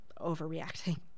overreacting